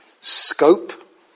scope